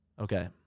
Okay